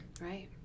Right